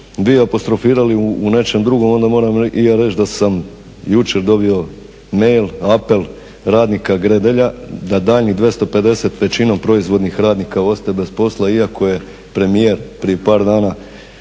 vi apostrofirali u nečem drugom onda moram i ja reći da sam jučer dobio mail, apel radnika Gredelja da daljnjih 250 većinom proizvodnih radnika ostaje bez posla, iako je premijer prije par dana